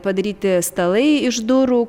padaryti stalai iš durų